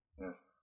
Yes